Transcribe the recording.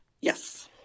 Yes